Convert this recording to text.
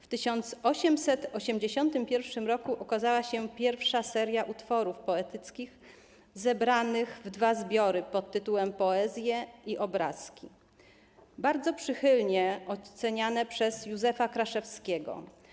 W 1881 r. ukazała się pierwsza seria utworów poetyckich zebranych w dwa zbiory „Poezje” i „Obrazki”, bardzo przychylnie oceniane przez Józefa Kraszewskiego.